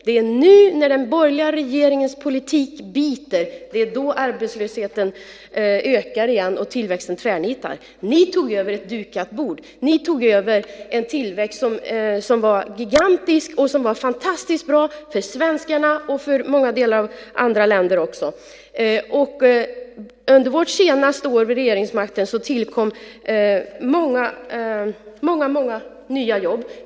Det är nu, när den borgerliga regeringens politik biter, som arbetslösheten ökar igen och tillväxten tvärnitar. Ni tog över ett dukat bord. Ni tog över en tillväxt som var gigantisk och fantastiskt bra för svenskarna och för många delar av andra länder också. Under vårt senaste år vid regeringsmakten tillkom många, många nya jobb.